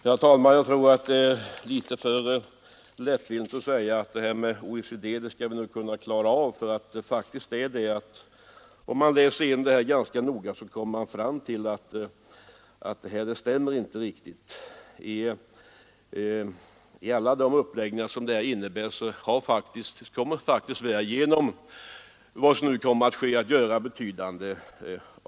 Herr talman! Jag tror det är alltför lättvindigt att säga att vi nog skall kunna klara av det här med OECD. När man studerar frågan ingående kommer man snart fram till att det inte riktigt stämmer. Sanningen är faktiskt den att Sverige kommer att göra betydande avsteg till följd av det som regeringen nu förbereder.